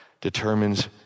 determines